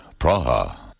Praha